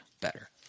better